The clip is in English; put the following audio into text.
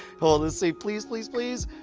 hold the seat, please, please, please!